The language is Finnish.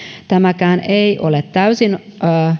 tämäkään ei ole täysin